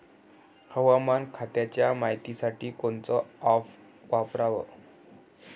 हवामान खात्याच्या मायतीसाठी कोनचं ॲप वापराव?